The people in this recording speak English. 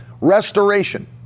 Restoration